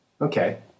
Okay